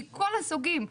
מכל הסוגים.